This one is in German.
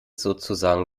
sozusagen